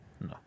No